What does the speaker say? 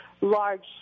large